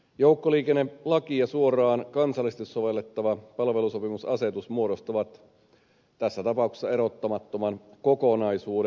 joukkoliikennelaki ja suoraan kansallisesti sovellettava palvelusopimusasetus muodostavat tässä tapauksessa erottamattoman kokonaisuuden